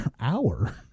hour